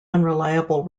unreliable